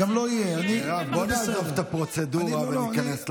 בואו נסיים את הפרוצדורה וניכנס למהות.